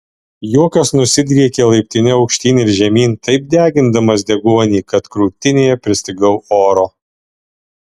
juokas nusidriekė laiptine aukštyn ir žemyn taip degindamas deguonį kad krūtinėje pristigau oro